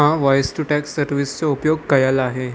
मां voice to text service जो उपयोगु कयल आहे